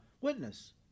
witness